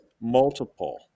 multiple